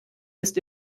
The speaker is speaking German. ist